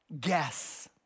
guess